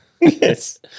Yes